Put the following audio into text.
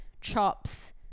chops